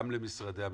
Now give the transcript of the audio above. גם למשרדי הממשלה,